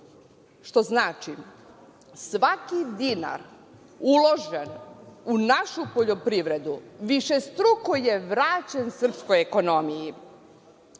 što znači svaki dinar uložen u našu poljoprivredu višestruko je vraćen srpskoj ekonomiji.